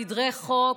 סדרי חוק.